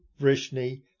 Vrishni